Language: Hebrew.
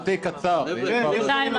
רפואיים.